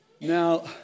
Now